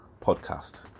podcast